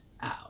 out